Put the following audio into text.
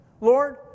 Lord